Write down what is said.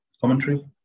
commentary